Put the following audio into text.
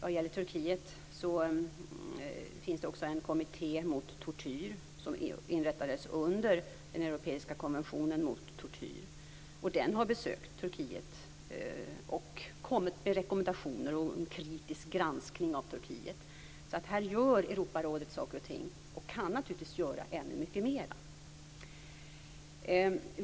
Vad gäller Turkiet finns också en kommitté mot tortyr, som inrättades under den europeiska konventionen mot tortyr. Den har besökt Turkiet och kommit med rekommendationer och kritisk granskning av Turkiet. Här gör Europarådet saker och ting, men kan naturligtvis göra ännu mycket mer.